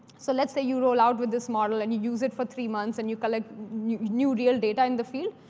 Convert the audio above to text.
so let's say you roll out with this model and you use it for three months and you collect new new real data in the field,